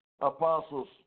apostles